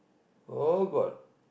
oh god